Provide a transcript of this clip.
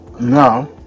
now